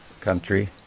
country